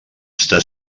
està